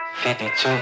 52